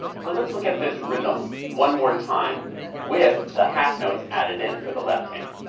so let's look at this rhythm one more time with the half notes added in for the left hand.